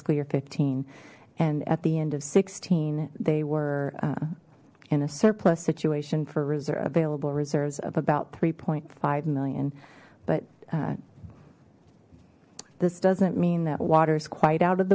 fiscal year fifteen and at the end of sixteen they were in a surplus situation for reserve available reserves of about three five million but this doesn't mean that water is quite out of